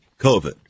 COVID